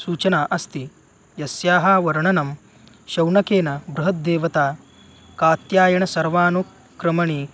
सूचना अस्ति यस्याः वर्णनं शौनकेन बृहद्देवता कात्यायनसर्वानुक्रमणि